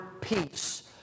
peace